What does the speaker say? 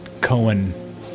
Cohen